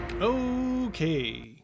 Okay